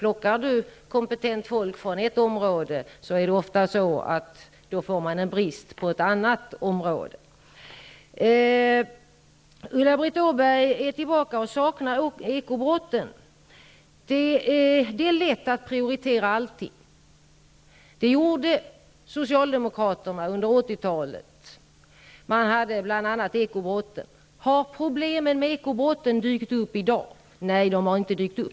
Plockar man kompetent folk från ett område får man oftast brist på ett annat område. Ulla-Britt Åbark återkommer och saknar ekobrotten. Det är lätt att prioritera allting. Det gjorde Socialdemokraterna under 80-talet. Det gällde bl.a. ekobrotten. Har problemen med ekobrotten dykt upp först i dag? Nej, det har de inte.